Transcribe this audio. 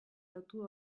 lotu